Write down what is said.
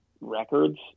records